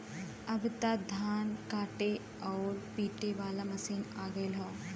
अब त धान काटे आउर पिटे वाला मशीन आ गयल हौ